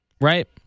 right